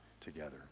together